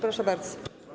Proszę bardzo.